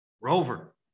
Rover